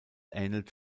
ähnelt